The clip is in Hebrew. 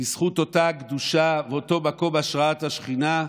בזכות אותה קדושה ואותו מקום השראת השכינה,